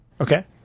Okay